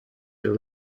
her